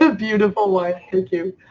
ah beautiful wine, thank you.